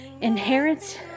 inherits